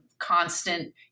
constant